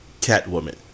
Catwoman